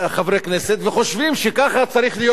וחושבים שכך צריך להיות גם ברחוב,